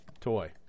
toy